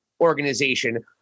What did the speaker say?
organization